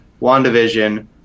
WandaVision